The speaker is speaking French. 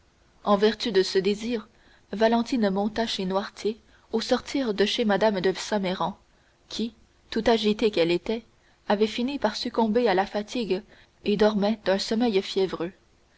en vertu de ce désir valentine monta chez noirtier au sortir de chez mme de saint méran qui tout agitée qu'elle était avait fini par succomber à la fatigue et dormait d'un sommeil fiévreux